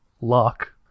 lock